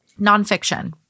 Nonfiction